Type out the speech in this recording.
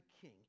king